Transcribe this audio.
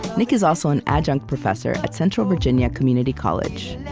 nick is also an adjunct professor at central virginia community college.